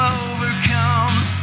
overcomes